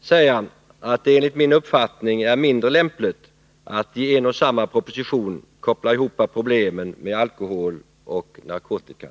säga att det enligt min uppfattning är mindre lämpligt att i en och samma proposition koppla ihop problemen med alkohol och narkotika.